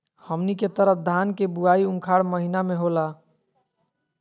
हमनी के तरफ धान के बुवाई उखाड़ महीना में होला